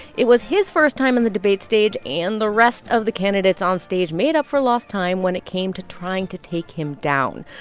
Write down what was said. it was his first time on and the debate stage, and the rest of the candidates on stage made up for lost time when it came to trying to take him down.